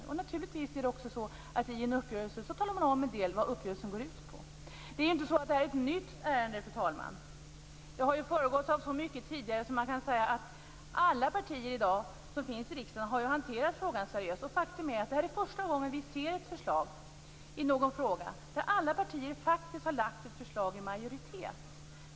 Vid en uppgörelse säger man naturligtvis litet grand om vad uppgörelsen går ut på. Det här är ju inte ett nytt ärende, fru talman, utan det har föregåtts av så mycket tidigare att man kan säga att alla partier som i dag finns representerade i riksdagen har seriöst hanterat frågan. Faktum är att det här är första gången som vi ser ett förslag i en fråga där alla partier har lagt fram ett förslag i majoritet så att säga.